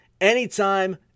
anytime